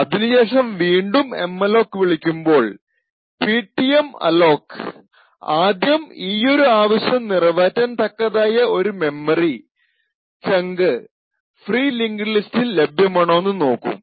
അതിനുശേഷം വീണ്ടും എംഅലോക് വിളിക്കുമ്പോൾ പിട്ടിഎംഅലോക് ആദ്യം ഈയൊരു ആവശ്യം നിറവേറ്റാൻ തക്കതായ ഒരു മെമ്മറി ചങ്ക് ഫ്രീ ലിങ്ക്ഡ് ലിസ്റ്റിൽ ലഭ്യമാണോന്ന് നോക്കും